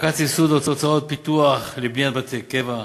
העמקת סבסוד הוצאות פיתוח לבניית בתי קבע,